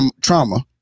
trauma